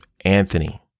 Anthony